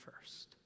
first